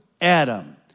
Adam